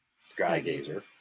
Skygazer